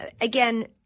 Again